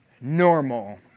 normal